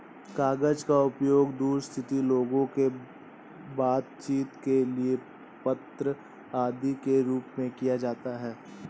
कागज का उपयोग दूर स्थित लोगों से बातचीत के लिए पत्र आदि के रूप में किया जाता है